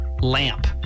lamp